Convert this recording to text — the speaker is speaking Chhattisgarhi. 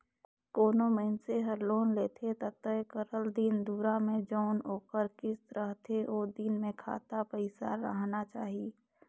कोनो मइनसे हर लोन लेथे ता तय करल दिन दुरा में जउन ओकर किस्त रहथे ओ दिन में खाता पइसा राहना चाही